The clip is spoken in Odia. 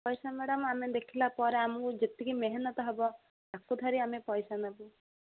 ପଇସା ମ୍ୟାଡ଼ାମ ଆମେ ଦେଖିଲା ପରେ ଆମକୁ ଯେତିକି ମେହନତ ହବ ତାକୁ ଧରିି ଆମେ ପଇସା ନେବୁ